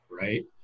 right